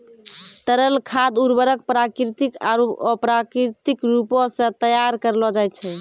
तरल खाद उर्वरक प्राकृतिक आरु अप्राकृतिक रूपो सें तैयार करलो जाय छै